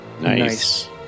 Nice